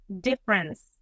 difference